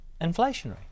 inflationary